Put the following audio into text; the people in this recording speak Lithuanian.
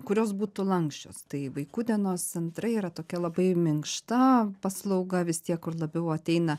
kurios būtų lanksčios tai vaikų dienos centrai yra tokia labai minkšta paslauga vis tiek kur labiau ateina